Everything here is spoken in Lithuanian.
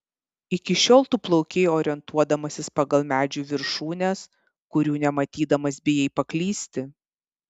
iki šiol tu plaukei orientuodamasis pagal medžių viršūnes kurių nematydamas bijai paklysti